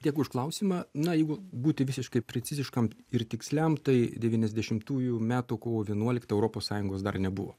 dėkui už klausimą na jeigu būti visiškai preciziškam ir tiksliam tai devyniasdešimtųjų metų kovo vienuoliktą europos sąjungos dar nebuvo